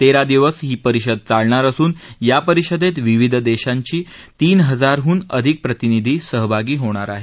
तेरा दिवस ही परिषद चालणार असून या परिषदेत विविध देशांची तीन हजारांहून अधिक प्रतिनिधी सहभागी होणार आहेत